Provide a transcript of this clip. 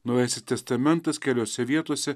naujasis testamentas keliose vietose